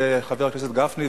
חבר הכנסת גפני,